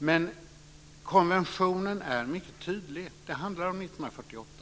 Men konventionen är mycket tydlig. Det handlar om 1948.